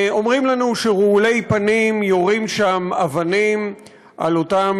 אומרים לנו שרעולי פנים יורים שם אבנים על אותם